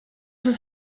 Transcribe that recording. ist